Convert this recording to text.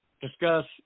discuss